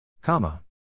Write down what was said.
Comma